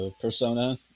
Persona